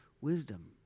wisdom